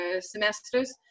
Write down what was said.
semesters